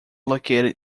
located